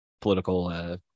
political